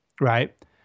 right